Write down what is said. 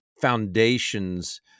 foundations